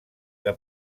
que